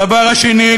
הדבר השני,